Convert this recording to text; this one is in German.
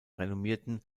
renommierten